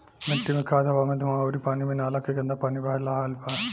मिट्टी मे खाद, हवा मे धुवां अउरी पानी मे नाला के गन्दा पानी बह रहल बा